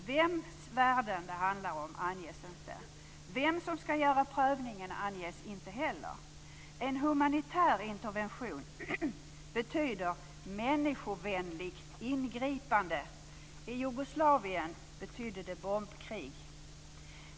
Vems värden det handlar om anges inte. Vem som ska göra prövningen anges inte heller. En "humanitär intervention" betyder "människovänligt ingripande". I Jugoslavien betydde det bombkrig!